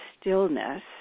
stillness